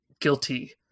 Guilty